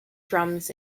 drums